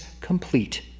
complete